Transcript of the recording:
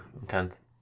Intense